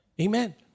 Amen